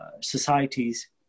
societies